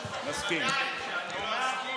בוודאי, שאני לא אסכים?